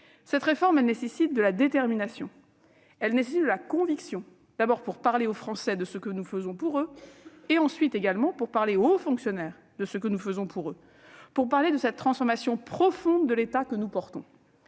Cette réforme exige de la détermination et de la conviction, tout d'abord pour parler aux Français de ce que nous faisons pour eux, ensuite pour parler aux hauts fonctionnaires de ce que nous faisons pour eux ; pour parler de la transformation profonde de l'État que nous menons.